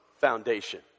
foundation